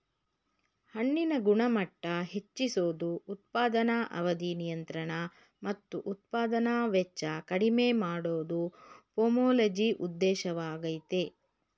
ಹಣ್ಣಿನ ಗುಣಮಟ್ಟ ಹೆಚ್ಚಿಸೋದು ಉತ್ಪಾದನಾ ಅವಧಿ ನಿಯಂತ್ರಣ ಮತ್ತು ಉತ್ಪಾದನಾ ವೆಚ್ಚ ಕಡಿಮೆ ಮಾಡೋದು ಪೊಮೊಲಜಿ ಉದ್ದೇಶವಾಗಯ್ತೆ